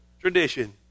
tradition